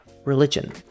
religion